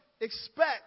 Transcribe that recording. expect